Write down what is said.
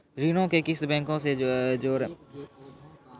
ऋणो के किस्त बैंको से जोड़ै लेली ब्लैंक चेको के जरूरत पड़ै छै